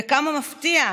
וכמה מפתיע,